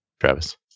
Travis